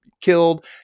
killed